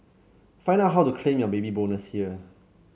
find out how to claim your Baby Bonus here